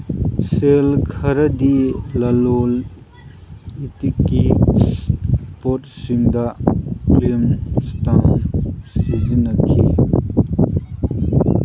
ꯁꯤꯜ ꯈꯔꯗꯤ ꯂꯂꯣꯟ ꯏꯇꯤꯛꯀꯤ ꯄꯣꯠꯁꯤꯡꯗ ꯀ꯭ꯂꯦ ꯏꯁꯇꯥꯝ ꯁꯤꯖꯤꯟꯅꯈꯤ